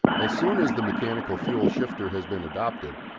as soon as the mechanical fuel-shifter has been adopted,